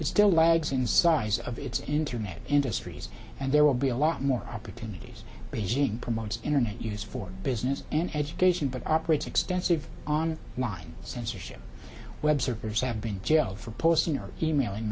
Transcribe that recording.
is still lags in size of its internet industries and there will be a lot more opportunities raising promotes internet use for business and education but operates extensive on line censorship web surfers have been jailed for posting or e mailing